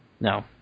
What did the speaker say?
No